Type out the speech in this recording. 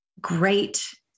great